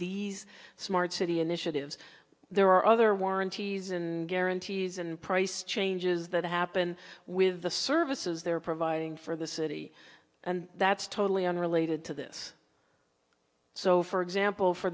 these smart city initiatives there are other warranties and guarantees and price changes that happen with the services they're providing for the city and that's totally unrelated to this so for example for